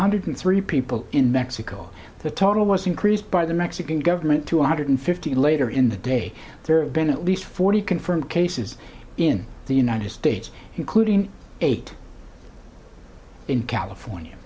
hundred three people in mexico the total was increased by the mexican government two hundred fifty later in the day there have been at least forty confirmed cases in the united states including eight in california